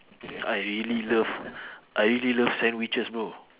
I really love I really love sandwiches bro